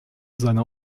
seiner